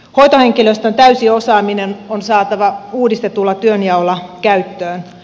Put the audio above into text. hoitohenkilöstön täysi osaaminen on saatava uudistetulla työnjaolla käyttöön